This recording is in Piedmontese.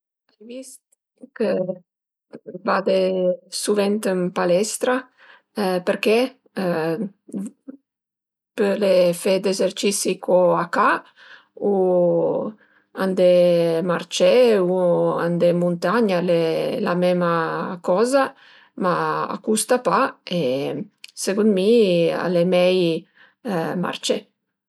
L'ai vist chë vade suvent ën palestra, perché? Pöle fe d'ezercisi co a ca u andé marcé u andé ën muntagna, al e la mema coza, ma a custa pa e secund mi al e mei marcé